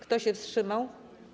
Kto się wstrzymał?